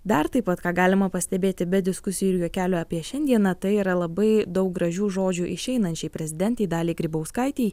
dar taip pat ką galima pastebėti be diskusijų ir juokelių apie šiandieną tai yra labai daug gražių žodžių išeinančiai prezidentei daliai grybauskaitei